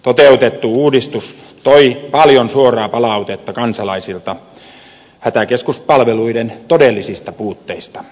toteutettu uudistus toi paljon suoraa palautetta kansalaisilta hätäkeskuspalveluiden todellisista puutteista